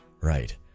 right